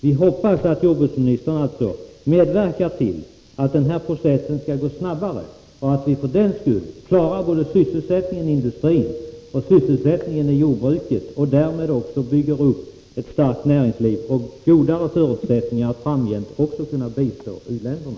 Vi hoppas att jordbruksministern medverkar till att denna process skall gå snabbare, och att man samtidigt klarar både sysselsättningen i industrin och i jordbruket och därmed också bygger upp ett starkt näringsliv och goda förutsättningar att också framgent kunna bistå u-länderna.